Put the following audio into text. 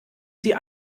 sie